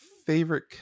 favorite